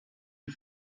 die